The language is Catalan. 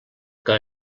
que